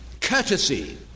Courtesy